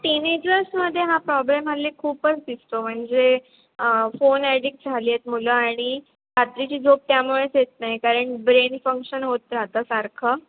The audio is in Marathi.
टिनेजर्समध्ये हा प्रॉब्लेम हल्ली खूपच दिसतो म्हणजे फोन ॲडिक्ट झाली आहेत मुलं आणि रात्रीची झोप त्यामुळेच येत नाही कारण ब्रेन फंक्शन होत राहतं सारखं